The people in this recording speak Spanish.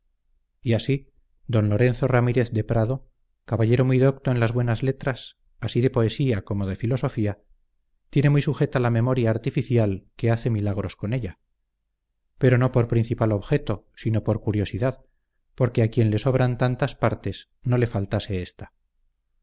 y así d lorenzo ramírez de prado caballero muy docto en las buenas letras así de poesía como de filosofía tiene muy sujeta la memoria artificial que hace milagros con ella pero no por principal objeto sino por curiosidad porque a quien le sobran tantas partes no le faltase esta